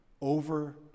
over